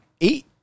eight